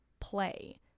play